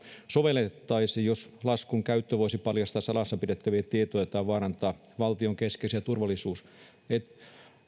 sovellettaisi jos laskun käyttö voisi paljastaa salassa pidettäviä tietoja tai vaarantaa valtion keskeisiä turvallisuusetuja